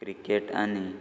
cricket आनी football